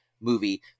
movie